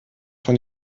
von